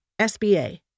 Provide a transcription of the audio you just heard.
SBA